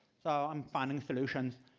so i'm finding solutions.